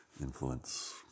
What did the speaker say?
influence